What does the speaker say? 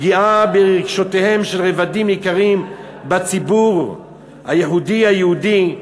פגיעה ברגשותיהם של רבדים יקרים בציבור הייחודי היהודי,